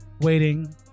waiting